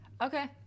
Okay